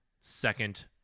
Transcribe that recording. Second